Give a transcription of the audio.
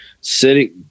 sitting